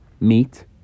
Meat